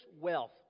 wealth